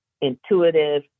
intuitive